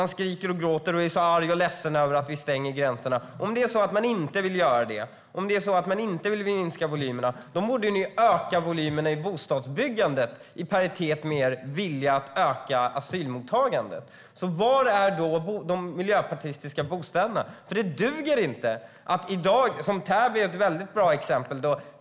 Ni skriker och gråter och är arga och ledsna över att vi stänger gränserna, men om ni inte vill minska volymerna i asylmottagandet borde ni öka volymerna i bostadsbyggandet i paritet med er vilja att öka asylmottagandet. Var är de miljöpartistiska bostäderna? Det duger inte att göra som i dag. Täby är ett bra exempel.